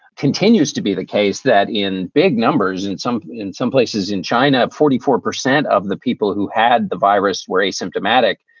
continues to be the case that in big numbers, in some in some places in china, forty four percent of the people who had the virus were asymptomatic.